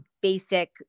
basic